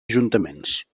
ajuntaments